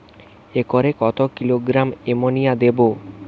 একরে কত kilogram ammonia দেবো?